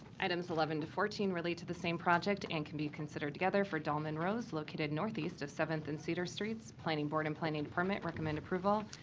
items eleven to fourteen relate to the same project and can be considered together for dahlman rows located northeast of seventh and cedar streets. planning board and planning department recommend approval.